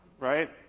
right